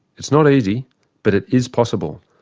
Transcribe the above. it's not easy but it is possible.